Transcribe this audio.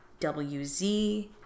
WZ